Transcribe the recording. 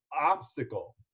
obstacle